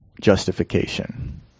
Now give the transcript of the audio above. justification